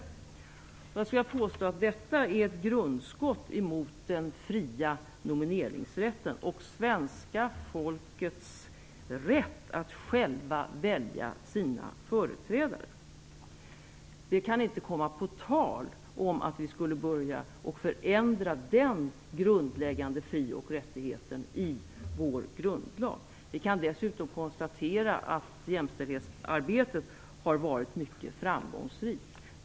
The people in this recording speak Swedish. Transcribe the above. Jag skulle vilja påstå att detta är ett grundskott mot den fria nomineringsrätten och mot svenska folkets rätt att själv välja sina företrädare. Det kan inte komma på tal att vi skulle börja förändra den grundläggande fri och rättigheten i vår grundlag. Vi kan dessutom konstatera att jämställdhetsarbetet har varit mycket framgångsrikt.